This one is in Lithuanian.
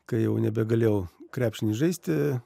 kai jau nebegalėjau krepšinį žaisti